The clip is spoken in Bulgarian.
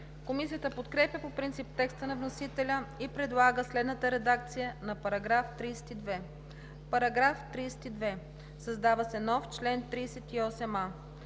Комисията подкрепя по принцип текста на вносителя и предлага следната редакция на § 32: „§ 32. Създава се нов чл. 38а: